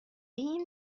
این